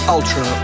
Ultra